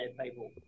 people